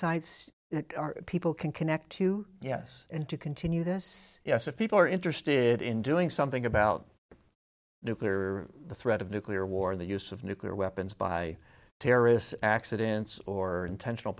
it people can connect to yes and to continue this yes if people are interested in doing something about nuclear the threat of nuclear war the use of nuclear weapons by terrorists accidents or intentional